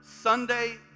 Sunday